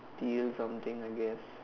steal something I guess